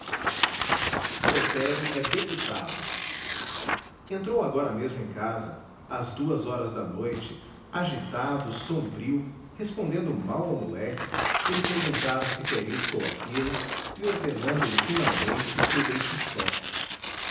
brotero é deputado entrou agora mesmo em casa às duas horas da noite agitado sombrio respondendo mal ao moleque que lhe pergunta se quer isto ou aquilo e ordenando lhe finalmente que o deixe só